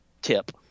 Tip